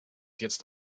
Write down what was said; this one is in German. jetzt